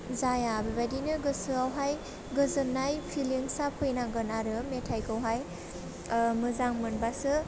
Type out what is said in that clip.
जाया बेबायदिनो गोसोआवहाय गोजोन्नाय पिलिंसआ फैनांगोन आरो मेथाइखौहाय मोजां मोनबासो